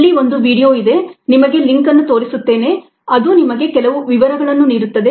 ಇಲ್ಲಿ ಒಂದು ವೀಡಿಯೊ ಇದೆ ನಿಮಗೆ ಲಿಂಕ್ ಅನ್ನು ತೋರಿಸುತ್ತೇನೆ ಅದು ನಿಮಗೆ ಕೆಲವು ವಿವರಗಳನ್ನು ನೀಡುತ್ತದೆ